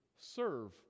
serve